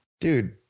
Dude